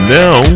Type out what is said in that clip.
now